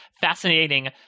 fascinating